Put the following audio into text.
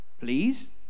please